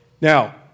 Now